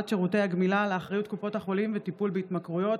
צמצום פערים בין הפריפריה למרכז),